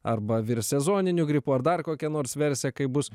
arba virs sezoniniu gripu ar dar kokia nors versija kaip bus